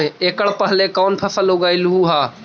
एकड़ पहले कौन फसल उगएलू हा?